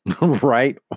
right